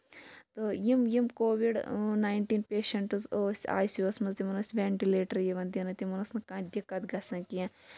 تہٕ یِم یِم کووِڈ نَیِنٹیٖن پیشَنٹٕس ٲسۍ آیۍ سی یو وس منٛز تِمن ٲسۍ ویٚنٹِلیٹر یِوان دِنہٕ تِمن اوس نہٕ کانٛہہ دِکَت گژھان کیٚنٛہہ